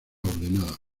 ordenada